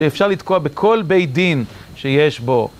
שאפשר לתקוע בכל בית דין שיש בו